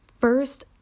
First